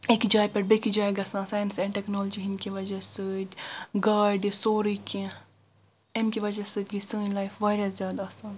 اکہِ جایہِ پٮ۪ٹھ بیٚکِس جایہِ گژھان ساینس اینٛڈ ٹیٚکنالجی ہٛندۍ کہِ وجہِ سۭتۍ گٲڑۍ سورٕے کیٚنہہ امہٕ کہِ وجہِ سۭتۍ گٔے سٲنۍ لایف واریاہ زیادٕ آسان